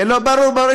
כן, ברור, ברור.